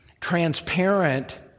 transparent